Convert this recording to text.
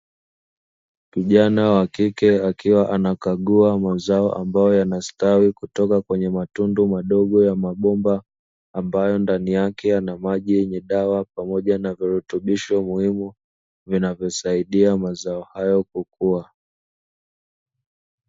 Kijana wa kike akiwa anakagua mazao ambayo yanastawi kutoka kwenye matundu madogo ya mabomba, ambayo ndani yake yana maji yenye dawa pamoja na virutubisho muhimu, vinavyosaidia mazao hayo kukua.